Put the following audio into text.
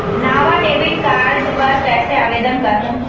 नावा debit card बर कैसे आवेदन करहूं?